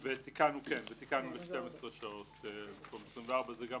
כן, ותיקנו ל-12 שעות במקום 24. זה גם